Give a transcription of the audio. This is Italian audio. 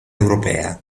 europea